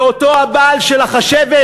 מאותו הבעל של החשבת